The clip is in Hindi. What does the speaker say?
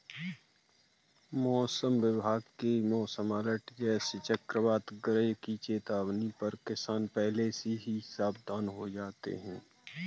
मौसम विभाग की मौसम अलर्ट जैसे चक्रवात गरज की चेतावनी पर किसान पहले से ही सावधान हो जाते हैं